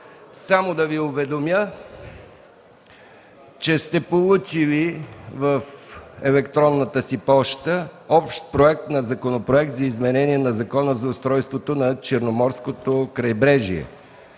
Само да Ви уведомя, че в електронната си поща сте получили Общ проект на Законопроект за изменение на Закона за устройството на Черноморското крайбрежие,